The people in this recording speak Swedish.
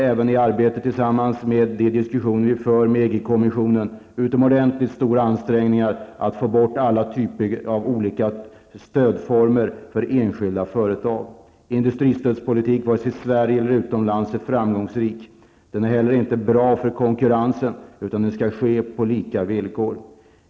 I vårt arbete i EG-kommissionen gör vi utomordentligt stora ansträngningar för att få bort alla typer av olika stödformer till enskilda företag. Industristödspolitik är inte framgångsrik i vare sig Sverige eller utomlands. Den är inte heller bra för konkurrensen, utan denna skall ske på lika villkor.